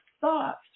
thoughts